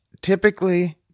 typically